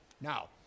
Now